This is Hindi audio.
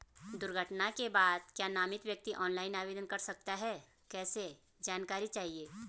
दुर्घटना के बाद क्या नामित व्यक्ति ऑनलाइन आवेदन कर सकता है कैसे जानकारी चाहिए?